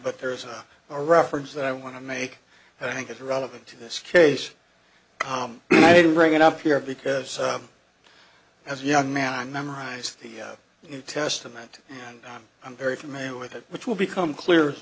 but there's a reference that i want to make i think it's relevant to this case tom i didn't bring it up here because as young man i memorize the new testament and i'm i'm very familiar with it which will become clear